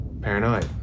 paranoid